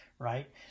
Right